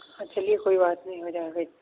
ہاں چلیے کوئی بات نہیں ہو جائے گا